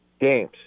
games